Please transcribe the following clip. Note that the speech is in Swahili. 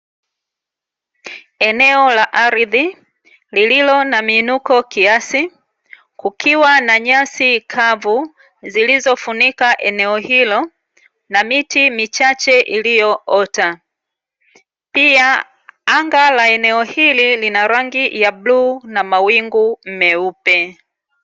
Eneo la ardhi lililo na miinuko kiasi, kukiwa na nyasi kavu zilizofunika eneo hilo, na miti michache iliyoota. Pia anga la eneo hili lina rangi ya bluu na mawingu meupe.